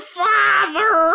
father